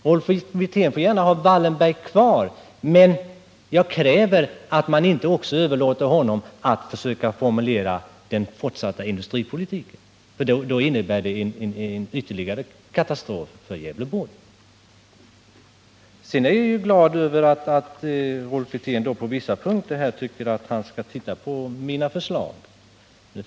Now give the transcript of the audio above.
Rolf Wirtén får gärna ha Wallenberg kvar, men jag kräver att man inte överlåter åt honom att också försöka formulera den fortsatta industripolitiken, för det skulle innebära ytterligare en katastrof för Gävleborg. Sedan är jag glad över att Rolf Wirtén på vissa punkter vill titta på mina förslag.